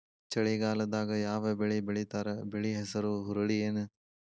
ಚಳಿಗಾಲದಾಗ್ ಯಾವ್ ಬೆಳಿ ಬೆಳಿತಾರ, ಬೆಳಿ ಹೆಸರು ಹುರುಳಿ ಏನ್?